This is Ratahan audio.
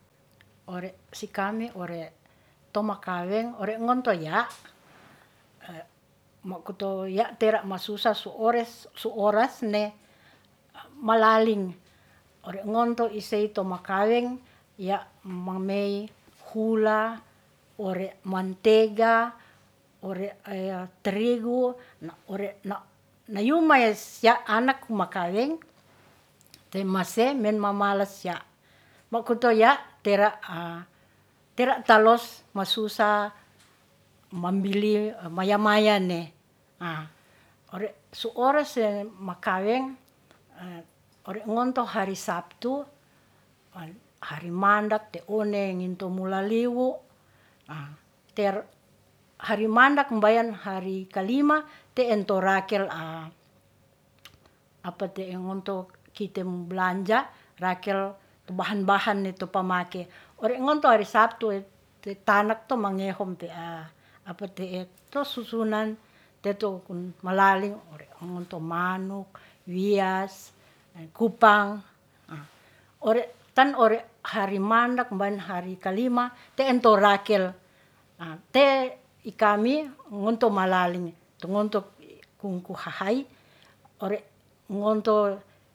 Ore si kami ore to makaweng ore ngonto ya' mokoto ya' tera masusah so ores, so oras ne malaling ore ngonto isey to makaweng ya' mamey hula ore mantega, ore terigu, na ore nayumaes sia anak makaweng te maseh men mamalas sia. Mokoto ya' tera tera talos masusah mambili maya maya ne su ore se makawaeng ore ngonto hari sabtu, hari mandak te one ngintu mulali wu, hari mandak mbayan hari ka lima, te'en to rakel apa te ngonto kite mu blanja rakel tu bahan-bahane to pamake. Ore ngonto hari sabtu, te tanak to mangehom te ya' apa te'e to susunan te to kun malali ore ngonto manuk, wiyas, kupang. Ore tan ore hari mandak mban hari ka lima te'en to rakel, te'e i kami ngonto malaling tu ngonto kungku hahai, ore ngonto